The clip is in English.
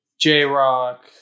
j-rock